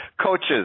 Coaches